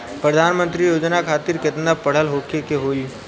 प्रधानमंत्री योजना खातिर केतना पढ़ल होखे के होई?